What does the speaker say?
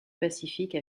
pacifique